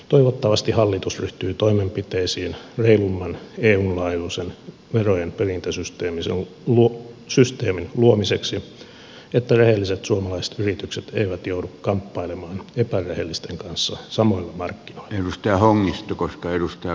toivottavasti hallitus ryhtyy toimenpiteisiin reilumman eun laajuisen verojenperintäsysteemin luomiseksi että rehelliset suomalaiset yritykset eivät joudu kamppailemaan epärehellisten kanssa samoilla markkinoilla